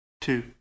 Two